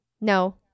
No